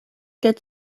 get